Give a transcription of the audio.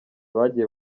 bagiye